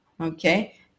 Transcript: Okay